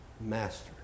master